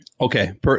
Okay